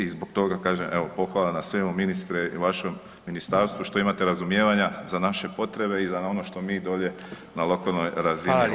I zbog toga kažem, pohvala na svemu ministre i vašem ministarstvu što imate razumijevanja za naše potrebe i za ono što mi dolje na lokalnoj razini radimo.